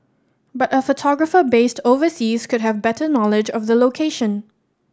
but a photographer based overseas could have better knowledge of the location